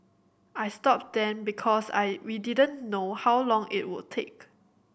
I stopped them because I we didn't know how long it would take